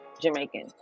Jamaican